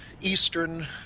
Eastern